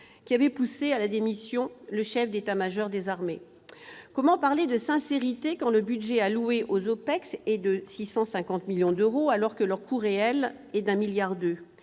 qui avaient poussé à la démission le chef d'état-major des armées. Comment parler de sincérité quand le budget alloué aux OPEX est de 650 millions d'euros, alors que leur coût réel atteint 1,2 milliard d'euros ?